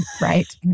Right